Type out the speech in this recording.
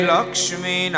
Lakshmi